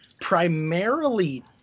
primarily